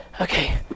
Okay